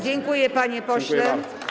Dziękuję, panie pośle.